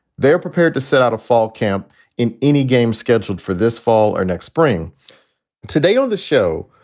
they are prepared to set out a fall camp in any game scheduled for this fall or next spring today on the show,